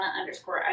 underscore